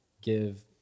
give